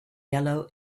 yellow